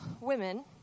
women